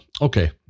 okay